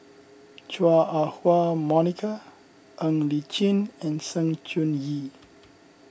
Chua Ah Huwa Monica Ng Li Chin and Sng Choon Yee